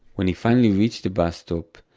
when he finally reached the bus stop,